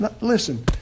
Listen